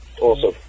Awesome